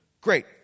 Great